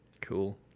Cool